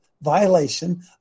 violation